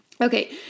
Okay